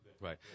Right